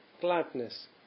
gladness